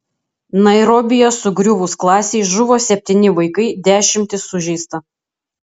nairobyje sugriuvus klasei žuvo septyni vaikai dešimtys sužeista